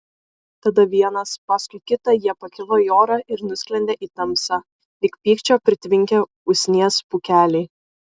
tada vienas paskui kitą jie pakilo į orą ir nusklendė į tamsą lyg pykčio pritvinkę usnies pūkeliai